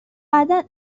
قطعا